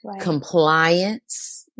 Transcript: compliance